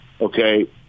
Okay